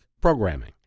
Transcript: Programming